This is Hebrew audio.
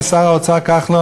ושר האוצר כחלון,